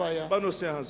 בנושא הזה.